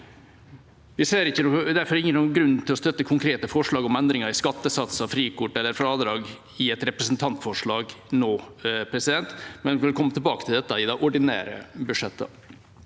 Vi ser derfor ingen grunn til å støtte konkrete forslag om endringer i skattesatser, frikort eller fradrag i et representantforslag nå, men vil komme tilbake til dette i de ordinære budsjettene.